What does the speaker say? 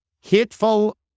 Hateful